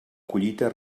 collita